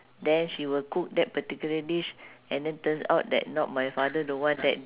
then she will cook that particular dish and then turns out that not my father don't want that